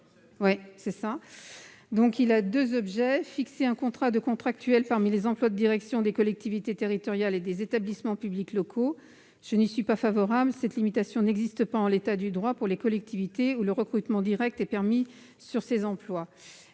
277 rectifié vise à fixer un quota de contractuels parmi les emplois de direction des collectivités territoriales et des établissements publics locaux. Je n'y suis pas favorable : cette limitation n'existe pas, en l'état du droit, pour les collectivités. Le recrutement direct y est permis sur ces emplois.